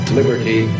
liberty